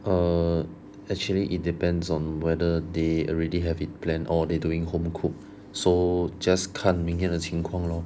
err actually it depends on whether they already have it planned or they doing home cooked so just 看明天的情况 lor